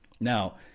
Now